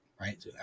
right